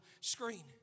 screen